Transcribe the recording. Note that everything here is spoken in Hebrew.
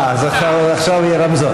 אה, אז עכשיו יהיה רמזור.